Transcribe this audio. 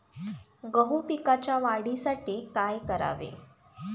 गहू पिकाच्या वाढीसाठी काय करावे?